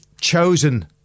chosen